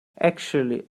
actually